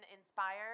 inspired